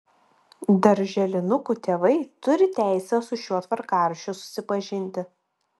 darželinukų tėvai turi teisę su šiuo tvarkaraščiu susipažinti